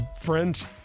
friends